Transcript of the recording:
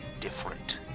different